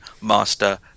Master